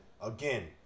again